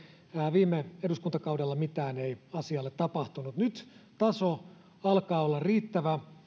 viime eduskuntakaudella mitään ei asialle tapahtunut nyt taso alkaa olla riittävä